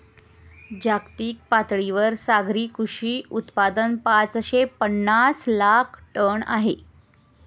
जागतिक पातळीवर सागरी कृषी उत्पादन पाचशे पनास लाख टन आहे